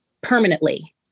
permanently